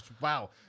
Wow